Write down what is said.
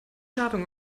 ladung